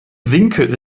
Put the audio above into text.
winkel